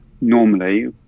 normally